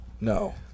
No